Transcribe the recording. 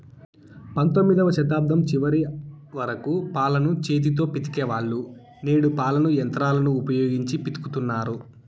పంతొమ్మిదవ శతాబ్దం చివరి వరకు పాలను చేతితో పితికే వాళ్ళు, నేడు పాలను యంత్రాలను ఉపయోగించి పితుకుతన్నారు